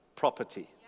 property